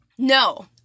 No